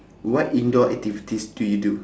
what indoor activities do you do